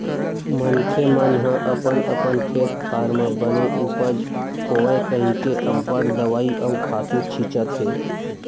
मनखे मन ह अपन अपन खेत खार म बने उपज होवय कहिके अब्बड़ दवई अउ खातू छितत हे